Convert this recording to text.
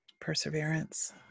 perseverance